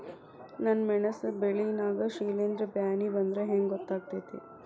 ನನ್ ಮೆಣಸ್ ಬೆಳಿ ನಾಗ ಶಿಲೇಂಧ್ರ ಬ್ಯಾನಿ ಬಂದ್ರ ಹೆಂಗ್ ಗೋತಾಗ್ತೆತಿ?